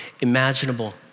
imaginable